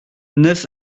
neuf